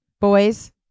Boys